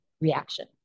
reaction